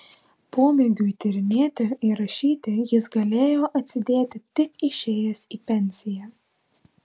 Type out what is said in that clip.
pomėgiui tyrinėti ir rašyti jis galėjo atsidėti tik išėjęs į pensiją